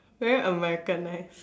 very americanised